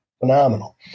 phenomenal